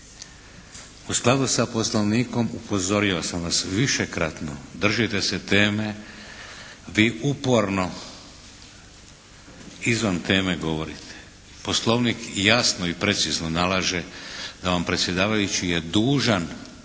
U skladu sa poslovnikom upozorio sam vas višekratno držite se teme. Vi uporno izvan teme govorite. Poslovnik jasno i precizno nalaže da vam predsjedavajući je dužan vas